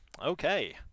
Okay